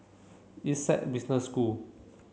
Essec Business School